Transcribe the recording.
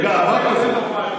בגאווה כזאת,